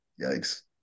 yikes